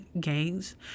gangs